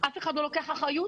שאף אחד לא לוקח אחריות